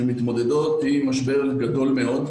שמתמודדות עם משבר גדול מאוד.